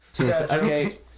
Okay